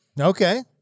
Okay